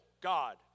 God